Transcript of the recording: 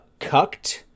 cucked